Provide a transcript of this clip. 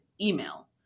email